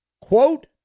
Quote